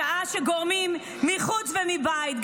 בשעה שגורמים מחוץ ומבית,